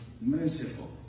merciful